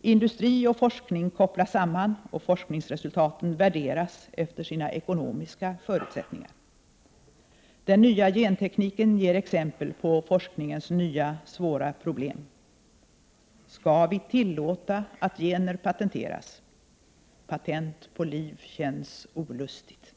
Industri och forskning kopplas samman, forskningsresultaten värderas efter sina ekonomiska förutsättningar. Den nya gentekniken ger exempel på forskningens nya, svåra problem. Skall vi tillåta att gener patenteras? Patent på liv känns olustigt.